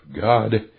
God